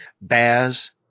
Baz